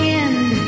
end